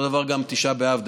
אותו דבר גם תשעה באב,